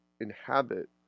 inhabit